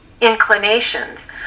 inclinations